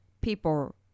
people